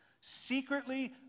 secretly